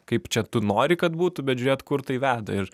kaip čia tu nori kad būtų bet žiūrėt kur tai veda ir